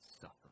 suffer